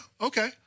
okay